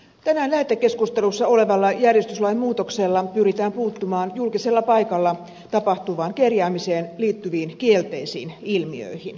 tänään lähetekeskustelussa olevalla järjestyslain muutoksella pyritään puuttumaan julkisella paikalla tapahtuvaan kerjäämiseen liittyviin kielteisiin ilmiöihin